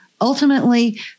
ultimately